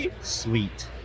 sweet